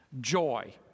Joy